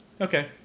Okay